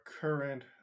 current